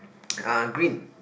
uh green